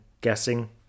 guessing